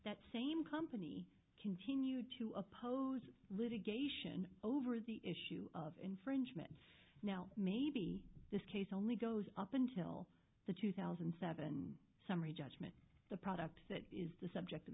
that same company continued to oppose litigation over the issue of infringement now maybe this case only goes up until the two thousand and seven summary judgment the product that is the subject of